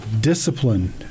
discipline